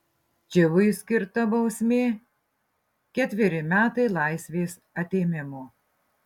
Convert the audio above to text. čivui skirta bausmė ketveri metai laisvės atėmimo